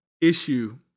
issue